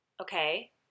okay